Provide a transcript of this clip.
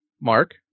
Mark